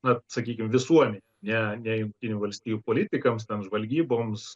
na sakykim visuomenei ne ne jungtinių valstijų politikams ten žvalgyboms